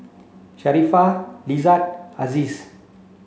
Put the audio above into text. Sharifah Izzat Aziz